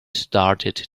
started